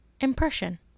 impression